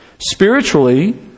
Spiritually